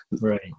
Right